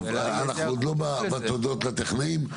אנחנו עוד לא בתודות לטכנאים.